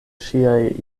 ŝiaj